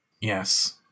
Yes